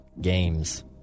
Games